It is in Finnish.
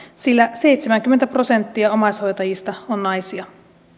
sillä seitsemänkymmentä prosenttia omaishoitajista on naisia